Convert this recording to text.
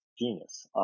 genius